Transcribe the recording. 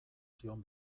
zion